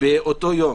באותו יום,